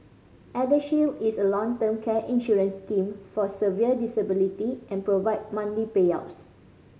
ElderShield is a long term care insurance scheme for severe disability and provide payouts